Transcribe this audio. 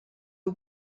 who